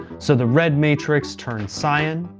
so the red matrix turned cyan,